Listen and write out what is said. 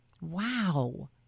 Wow